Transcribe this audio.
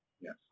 Yes